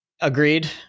Agreed